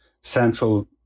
central